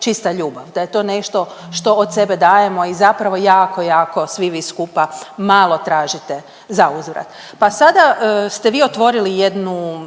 čista ljubav. Da je to nešto što od sebe dajemo i zapravo jako, jako svi vi skupa malo tražite za uzvrat. Pa sada ste vi otvorili jednu